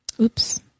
oops